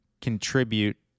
contribute